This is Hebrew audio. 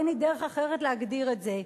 אין לי דרך אחרת להגדיר את זה.